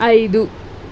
ఐదు